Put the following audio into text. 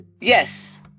Yes